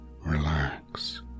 relax